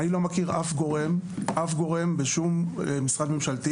אני לא מכיר אף גורם בשום משרד ממשלתי